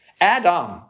Adam